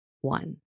one